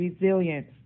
resilience